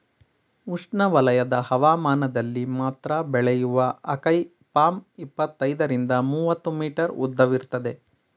ಉಷ್ಣವಲಯದ ಹವಾಮಾನದಲ್ಲಿ ಮಾತ್ರ ಬೆಳೆಯುವ ಅಕೈ ಪಾಮ್ ಇಪ್ಪತ್ತೈದರಿಂದ ಮೂವತ್ತು ಮೀಟರ್ ಉದ್ದವಿರ್ತದೆ